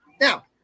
Now